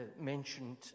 mentioned